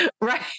right